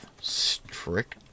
strict